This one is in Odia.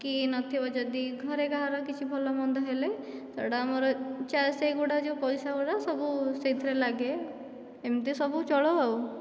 କି ନଥିବ ଯଦି ଘରେ କାହାର କିଛି ଭଲମନ୍ଦ ହେଲେ ସେଇଟା ଆମର ଯାହା ସେଗୁଡ଼ିକ ଯେଉଁ ପଇସା ଗୁଡ଼ିକ ସବୁ ସେହିଥିରେ ଲାଗେ ଏମିତି ସବୁ ଚଳଉ ଆଉ